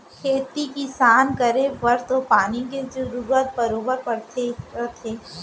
खेती किसान करे बर तो पानी के जरूरत बरोबर परते रथे